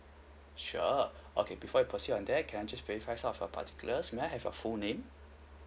sure okay before I proceed on that can I just verify some of your particulars may I have your full name